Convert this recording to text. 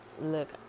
Look